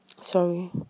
Sorry